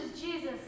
Jesus